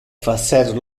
facer